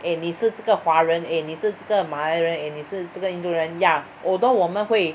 eh 你是这个华人 eh 你是这个马来人 eh 你是这个印度人 ya although 我们会